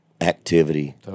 activity